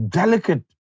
delicate